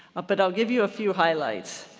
ah but i'll give you a few highlights.